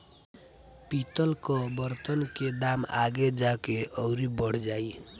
पितल कअ बर्तन के दाम आगे जाके अउरी बढ़ जाई